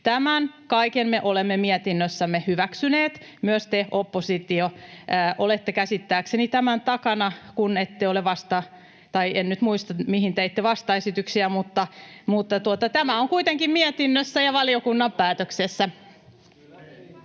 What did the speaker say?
Tämän kaiken me olemme mietinnössämme hyväksyneet. Myös te, oppositio, olette käsittääkseni tämän takana, kun ette ole... Tai en nyt muista, mihin teitte vastaesityksiä, mutta tämä on kuitenkin mietinnössä ja valiokunnan päätöksessä. [Ilmari